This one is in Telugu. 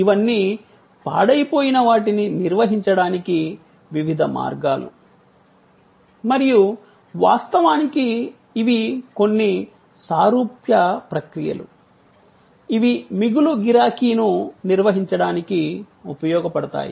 ఇవన్నీ పాడైపోయిన వాటిని నిర్వహించడానికి వివిధ మార్గాలు మరియు వాస్తవానికి ఇవి కొన్ని సారూప్య ప్రక్రియలు ఇవి మిగులు గిరాకీను నిర్వహించడానికి ఉపయోగపడతాయి